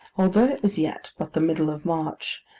although it was yet but the middle of march,